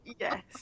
yes